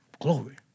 Glory